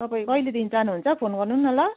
तपैँ कहिलेदेखि जानुहुन्छ फोन गर्नु न ल